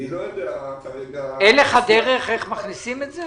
אני לא יודע כרגע --- אין לך דרך להכניס את זה?